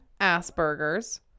Asperger's